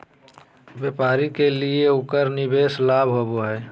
व्यापारी के लिए उकर निवल लाभ होबा हइ